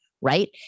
right